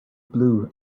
blue